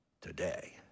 today